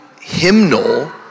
hymnal